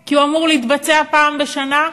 כי הוא אמור להתבצע פעם בשנה?